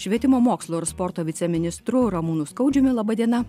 švietimo mokslo ir sporto viceministru ramūnu skaudžiumi laba diena